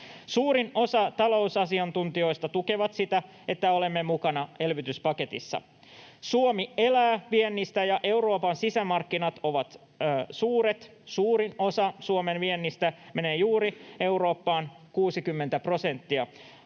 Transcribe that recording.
Suurin osa talousasiantuntijoista tukee sitä, että olemme mukana elvytyspaketissa. Suomi elää viennistä, ja Euroopan sisämarkkinat ovat suuret. Suurin osa Suomen viennistä menee juuri Eurooppaan, 60 prosenttia.